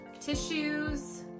tissues